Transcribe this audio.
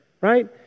right